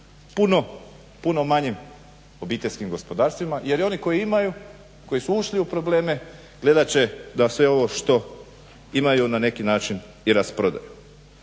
puno manjim obiteljskim gospodarstvima jer oni koji imaju koji su ušli u probleme gledat će da sve ovo što imaju na neki način i rasprodaju.